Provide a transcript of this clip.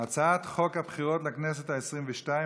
הצעת חוק הבחירות לכנסת העשרים-ושתיים